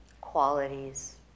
qualities